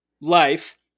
life